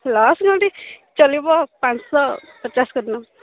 loss ଚଳିବ ପାଞ୍ଚଶହ ପଚାଶ୍ କରିନିଅ